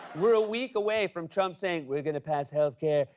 we're a week away from trump saying we're gonna pass health care,